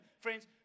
friends